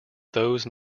those